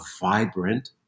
vibrant